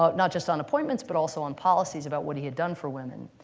ah not just on appointments, but also on policies about what he had done for women.